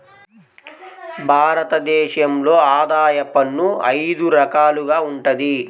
భారత దేశంలో ఆదాయ పన్ను అయిదు రకాలుగా వుంటది